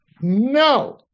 No